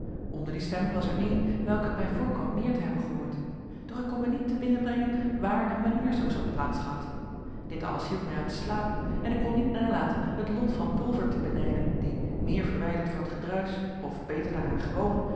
onder die stemmen was er een welke het mij voorkwam meer te hebben gehoord doch ik kon mij niet te binnen brengen waar en wanneer zulks had plaats gehad dit alles hield mij uit den slaap en ik kon niet nalaten het lot van pulver te benijden die meer verwijderd van het gedruisch of beter daaraan gewoon